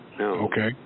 okay